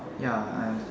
ya I